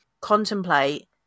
contemplate